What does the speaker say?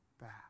back